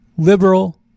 liberal